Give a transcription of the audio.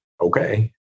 okay